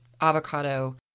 avocado